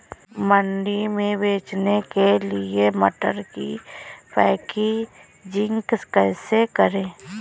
मंडी में बेचने के लिए मटर की पैकेजिंग कैसे करें?